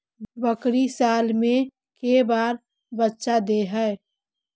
बकरी साल मे के बार बच्चा दे है?